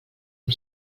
amb